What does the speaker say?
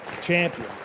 Champions